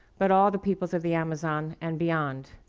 but all the peoples of the amazon and beyond.